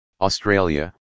Australia